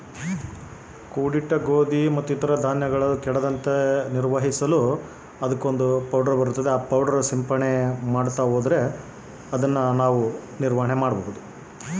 ಕೂಡಿಟ್ಟ ಗೋಧಿ ಮತ್ತು ಇತರ ಧಾನ್ಯಗಳ ಕೇಟಗಳಿಂದ ಮುಕ್ತಿಗೊಳಿಸಲು ಉಪಯೋಗಿಸುವ ಕೇಟನಾಶಕದ ನಿರ್ವಹಣೆಯ ಬಗ್ಗೆ ತಿಳಿಸಿ?